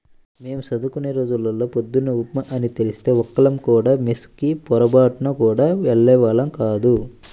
మేం చదువుకునే రోజుల్లో పొద్దున్న ఉప్మా అని తెలిస్తే ఒక్కళ్ళం కూడా మెస్ కి పొరబాటున గూడా వెళ్ళేవాళ్ళం గాదు